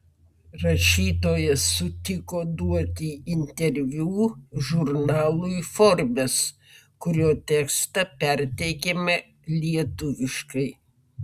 rašytojas sutiko duoti interviu žurnalui forbes kurio tekstą perteikiame lietuviškai